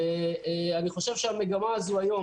לדעתי המגמה היום